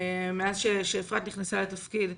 מאז שאפרת נכנסה לתפקיד.